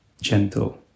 gentle